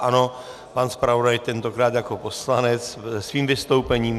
Ano, pan zpravodaj, tentokrát jako poslanec, se svým vystoupením.